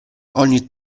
ogni